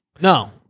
No